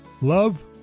love